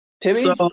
Timmy